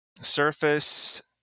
surface